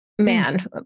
Man